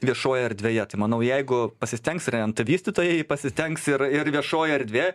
viešoj erdvėje tai manau jeigu pasistengs ir nt vystytojai pasistengs ir ir viešoji erdvė